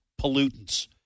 pollutants